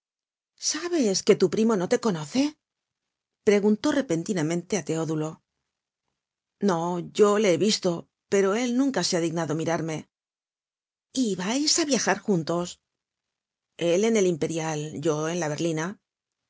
sabes que tu primo no te conoce preguntó repentinamente á teodulo no yo le he visto pero él nunca se ha dignado mirarme y vais á viajar juntos el en imperial y yo en berlina a